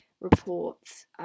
reports